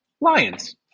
Lions